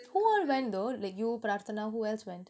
who all went though like you pratima who else went